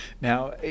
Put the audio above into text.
Now